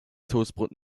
toastbrot